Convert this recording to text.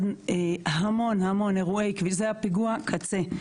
יש המון המון אירוע, זה היה פיגוע קצה.